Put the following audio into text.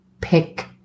pick